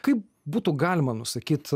kaip būtų galima nusakyt